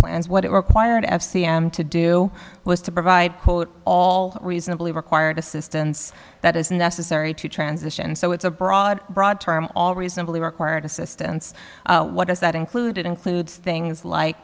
plans what it required of c m to do was to provide all reasonably required assistance that is necessary to transition so it's a broad broad term all reasonably required assistance what does that include it includes things like